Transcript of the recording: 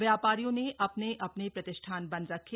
व्यापारियों ने अपने अपने प्रतिष्ठान बंद रखें